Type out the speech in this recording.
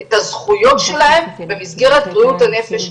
את הזכויות שלהם במסגרת בריאות הנפש,